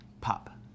pop